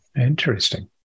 interesting